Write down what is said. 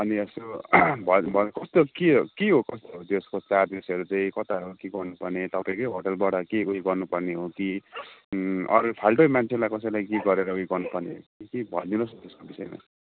अनि यसो भन्नु कस्तो के हो त्यसको चार्जेसहरू चाहिँ कता हो के गर्नु पर्ने तपाईंकै होटलबाट के उयो गर्नु पर्ने हो कि अरू फाल्टै मान्छेलाई कसैलाई के गरेर गर्नु पर्ने हो कि केही भनिदिनुहोस् न त्यसको विषयमा